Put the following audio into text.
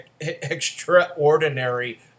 extraordinary